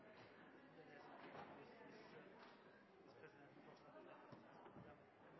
Det er hele det markedet som